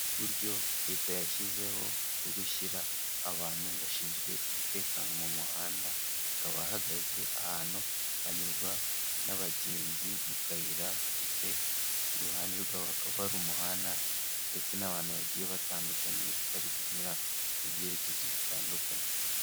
Uburyo leta yashyizeho bwo gushyira abantu bashinzwe umutekano mu muhanda, akaba ahagaze ahantu hanyurwa n'abagenzi mu kayira ndetse iruhande rwabo hakaba ari umuhanda ndetse n'abantu bagiye batandukanye bari kunyura mu byerekezo bitandukanye.